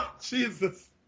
Jesus